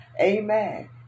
Amen